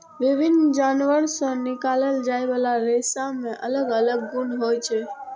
विभिन्न जानवर सं निकालल जाइ बला रेशा मे अलग अलग गुण होइ छै